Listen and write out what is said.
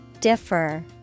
Differ